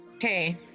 Hey